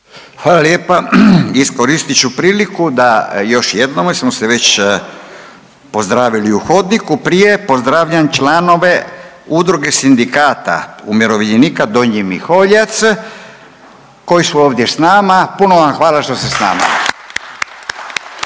Hvala lijepa. Iskoristit ću priliku da još jednom jer smo se već jednom pozdravili u hodniku prije, pozdravljam članove Udruge sindikata umirovljenika Donji Miholjac koji su ovdje s nama. Puno vam hvala što ste s nama